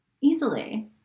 easily